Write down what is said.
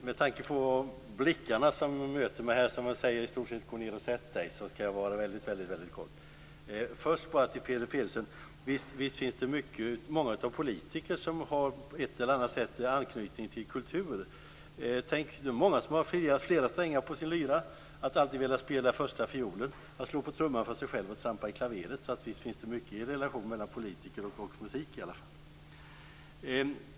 Fru talman! De blickar som möter mig säger i stort sett: Gå ned och sätt dig. Med tanke på det skall jag vara väldigt kortfattad. Först bara till Peter Pedersen: Visst finns det många politiker som på ett eller annat sätt har anknytning till kultur. Det är många som har flera strängar på sin lyra, många som alltid vill spela första violen, slå på trumman för sig själva och trampa i klaveret. Visst finns det mycket av relation mellan politiker och folkmusik i alla fall.